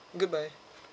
goodbye